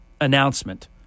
announcement